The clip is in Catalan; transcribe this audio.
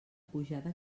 pujada